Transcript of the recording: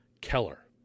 Keller